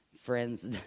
friends